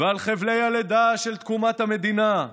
ועל חבלי הלידה של תקומת המדינה.